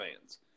fans